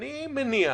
אני מניח